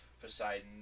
Poseidon